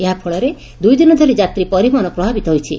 ଏହାଫଳରେ ଦୁଇଦିନ ଧରି ଯାତ୍ରୀ ପରିବହନ ପ୍ରଭାବିତ ହୋଇଛି